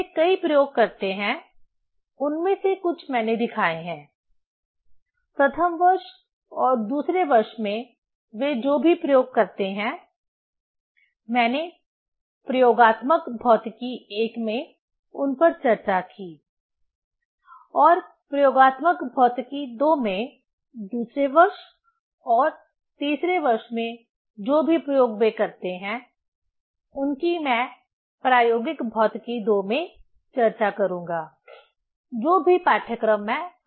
वे कई प्रयोग करते हैं उनमें से कुछ मैंने दिखाए हैं प्रथम वर्ष और दूसरे वर्ष में वे जो भी प्रयोग करते हैं मैंने प्रयोगात्मक भौतिकी I में उन पर चर्चा की और प्रयोगात्मक भौतिकी II में दूसरे वर्ष और तीसरे वर्ष में जो भी प्रयोग वे करते हैं उनकी मैं प्रायोगिक भौतिकी II में चर्चा करूंगा जो भी पाठ्यक्रम मैं अभी ले रहा हूं